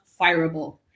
fireable